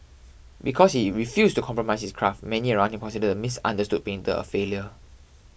because he refused to compromise his craft many around him considered the misunderstood painter a failure